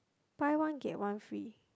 buy one get one free